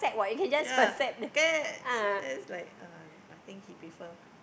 ya cat then it's like uh I think she prefer